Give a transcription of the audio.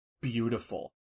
beautiful